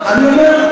אני אומר,